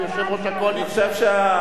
כיושב-ראש הקואליציה,